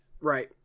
right